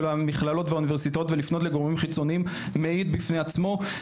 המכללות והאוניברסיטאות ולפנות לגורמים חיצוניים מעיד בפני עצמו.